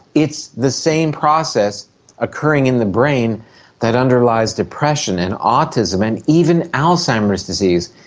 it's the same process occurring in the brain that underlies depression and autism and even alzheimer's disease.